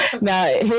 Now